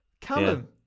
callum